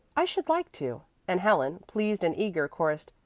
i should like to, and helen, pleased and eager, chorused,